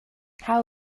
how